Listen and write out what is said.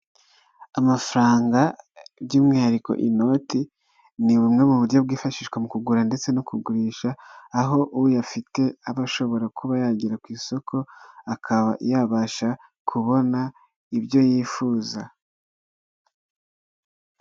Amafaranga by'umwihariko inoti, ni bumwe mu buryo bwifashishwa mu kugura ndetse no kugurisha, aho uyafite aba ashobora kuba yagera ku isoko akaba yabasha kubona ibyo yifuza.